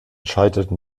scheiterten